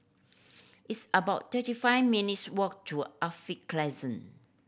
it's about thirty five minutes' walk to Alkaff Crescent